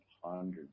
hundreds